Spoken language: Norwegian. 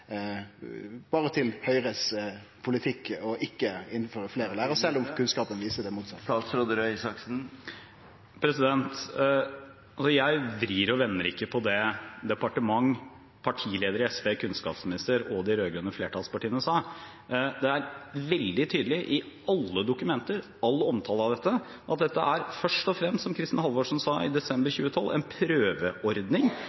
til Høgre sin politikk og ikkje innføre fleire lærarstillingar, sjølv om kunnskapen viser det motsette? Jeg vrir og vender ikke på det departementet, partilederen i SV, kunnskapsministeren og de rød-grønne flertallspartiene sa. Det er veldig tydelig i alle dokumenter og i all omtale av dette at dette er først og fremst – som tidligere kunnskapsminister Kristin Halvorsen sa i desember